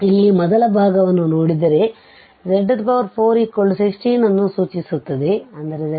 ಇಲ್ಲಿ ಮೊದಲ ಭಾಗವನ್ನು ನೋಡಿದರೆ z416ಅನ್ನು ಸೂಚಿಸುತ್ತದೆ ಅಂದರೆ z2 4ಮತ್ತು z24 ಹಾಗಾಗಿ z±2i ಮತ್ತು z±2ಅನ್ನು ಆಗಿದೆ